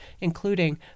including